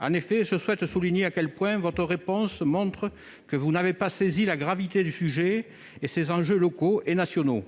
à fait ! Je souhaite souligner à quel point cette réponse montre que vous n'avez saisi ni la gravité du sujet ni ses enjeux locaux et nationaux.